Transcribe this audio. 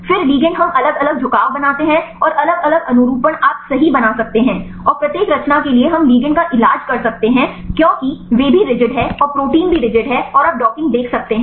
फिर लिगैंड हम अलग अलग झुकाव बनाते हैं और अलग अलग अनुरूपण आप सही बना सकते हैं और प्रत्येक रचना के लिए हम लिगैंड का इलाज कर सकते हैं क्योंकि वे भी रिजिड हैं और प्रोटीन भी रिजिड है और आप डॉकिंग देख सकते हैं